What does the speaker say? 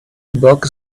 book